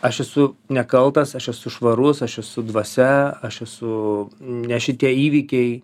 aš esu nekaltas aš esu švarus aš esu dvasia aš esu ne šitie įvykiai